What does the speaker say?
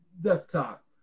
desktop